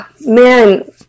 Man